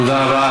תודה רבה.